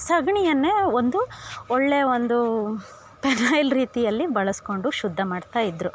ಸಗಣಿಯನ್ನೇ ಒಂದು ಒಳ್ಳೆ ಒಂದು ಪೆನಾಯ್ಲ್ ರೀತಿಯಲ್ಲಿ ಬಳಸ್ಕೊಂಡು ಶುದ್ಧ ಮಾಡ್ತಾಯಿದ್ರು